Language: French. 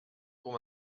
pour